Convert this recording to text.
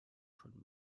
schon